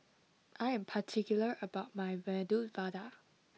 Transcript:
I am particular about my Medu Vada